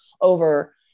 over